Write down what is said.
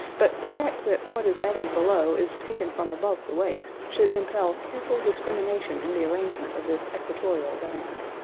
but the fact that what is added below is taken from above the waist, should impel careful discrimination in the arrangement of this equatorial band.